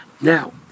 Now